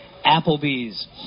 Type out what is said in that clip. Applebee's